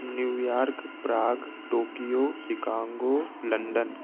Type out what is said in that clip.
New York prague Tokyo Chicago London